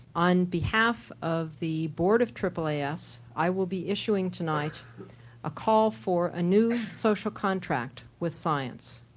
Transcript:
on behalf of the board of aaas i will be issuing tonight a call for a new social contract with science.